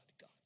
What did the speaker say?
God